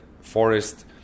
forest